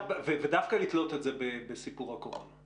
ודווקא לתלות את זה בסיפור הקורונה.